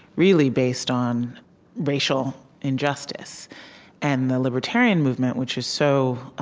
really, based on racial injustice and the libertarian movement, which was so